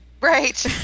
Right